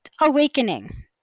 Awakening